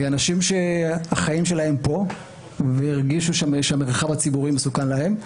אנשים שהחיים שלהם פה והרגישו שהמרחב הציבורי מסוכן להם,